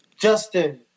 Justin